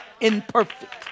Imperfect